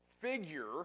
figure